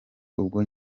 ubwo